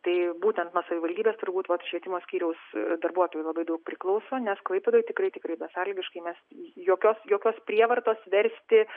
tai būtent nuo savivaldybės turbūt vat švietimo skyriaus darbuotojų labai daug priklauso nes klaipėdoj tikrai tikrai besąlygiškai nes jokios jokios prievartos versti